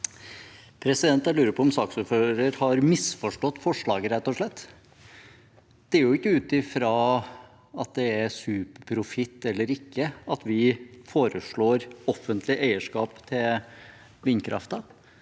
Jeg lurer på om saksordføreren har misforstått forslaget, rett og slett. Det er jo ikke ut ifra at det er superprofitt eller ikke at vi foreslår offentlig eierskap for vindkraften.